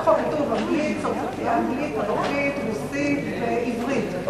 בהצעת החוק כתוב: אנגלית, ערבית, רוסית ועברית.